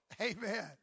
Amen